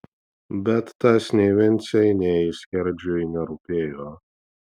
bet tas nei vincei nei skerdžiui nerūpėjo